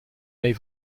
mee